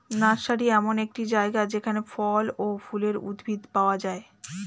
nursery এমন একটি জায়গা যেখানে ফল ও ফুলের উদ্ভিদ পাওয়া যায়